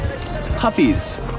puppies